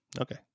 Okay